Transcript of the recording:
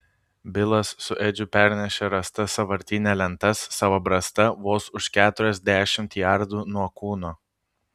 bilas su edžiu pernešė rastas sąvartyne lentas savo brasta vos už keturiasdešimt jardų nuo kūno